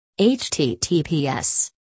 HTTPS